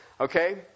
Okay